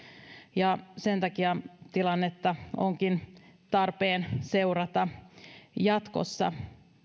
ja sen takia tilannetta onkin tarpeen seurata jatkossa